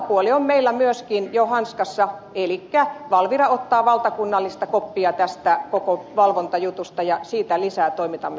valvontapuoli on meillä myöskin jo hanskassa elikkä valvira ottaa valtakunnallista koppia tästä koko valvontajutusta ja siitä lisää toimitamme teille tietoa